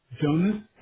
Jonas